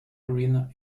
arena